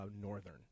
northern